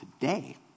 Today